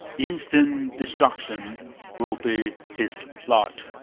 instant destruction will be his lot.